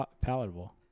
palatable